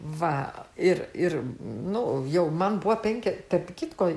va ir ir nu jau man buvo penki tarp kitko